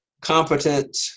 competent